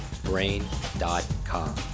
Brain.com